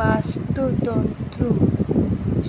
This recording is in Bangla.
বাস্তুতন্ত্র